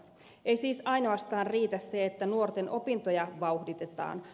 ei siis ainoastaan riitä se että nuorten opintoja vauhditetaan